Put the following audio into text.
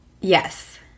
Yes